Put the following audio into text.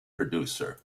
producer